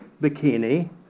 bikini